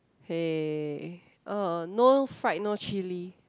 !hey! uh no fried no chilli